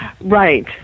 Right